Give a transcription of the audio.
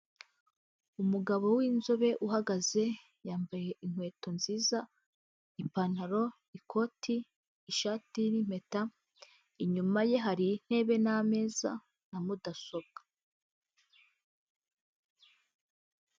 Umugabo w'inzobe uhagaze yambaye inkweto nziza ipantaro, ikoti, ishati n'impeta inyuma ye hari intebe n'ameza na mudasobwa.